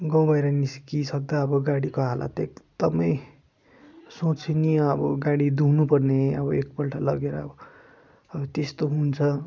गाउँ बाहिर निस्किसक्दा अब गाडीको हालत एकदमै सोचनीय अब गाडी धुनु पर्ने अब एकपल्ट लगेर अब अब त्यस्तो हुन्छ